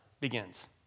begins